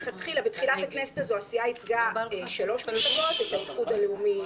בתחילת הכנסת הזו הסיעה ייצגה שלוש מפלגות: האיחוד הלאומי,